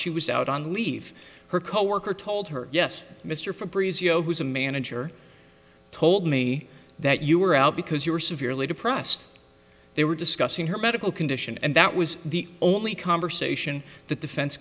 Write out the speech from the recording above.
she was out on leave her coworker told her yes mr for brees you know who's a manager told me that you were out because you were severely depressed they were discussing her medical condition and that was the only conversation the defense